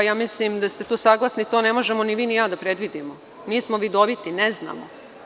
Mislim da ste saglasni i to ne možemo ni vi ni ja da predvidimo, jer nismo vidoviti, ne znamo.